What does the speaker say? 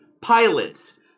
pilots